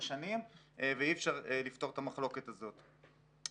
שנים ואי אפשר לפתור את המחלוקת הזאת.